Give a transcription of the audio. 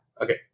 Okay